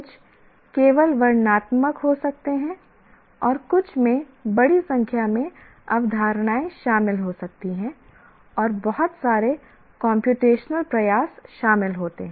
कुछ केवल वर्णनात्मक हो सकते हैं और कुछ में बड़ी संख्या में अवधारणाएँ शामिल हो सकती हैं और बहुत सारे कम्प्यूटेशनल प्रयास शामिल होते हैं